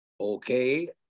Okay